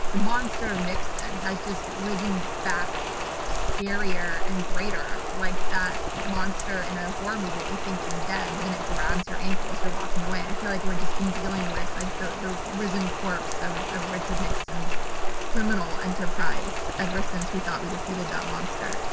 the monster of nixon has just risen back scarier and greater like that monster in a horror movie that you think is dead. but then it grabs your ankles, you're walking away. i feel like we're just been dealing with, like, the the risen corpse of of richard nixon's criminal enterprise ever since we thought we defeated that monster.